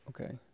okay